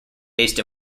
based